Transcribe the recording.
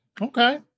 Okay